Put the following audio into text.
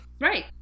Right